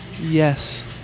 Yes